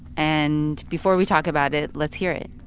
and before we talk about it, let's hear it